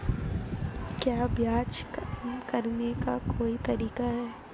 क्या ब्याज कम करने का कोई तरीका है?